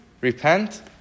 repent